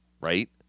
right